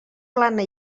plana